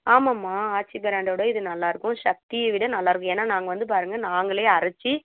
ஆமாம்மா ஆச்சி பிராண்டை விட இது நல்லாயிருக்கும் ஷக்தியை விட நல்லாயிருக்கும் ஏன்னால் நாங்கள் வந்து பாருங்க நாங்களே அரைச்சி